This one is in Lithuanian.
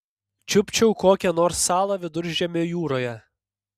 čiupčiau kokią nors salą viduržemio jūroje